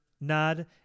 nod